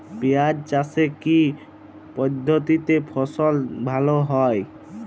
পিঁয়াজ চাষে কি পদ্ধতিতে ফলন ভালো হয়?